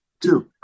two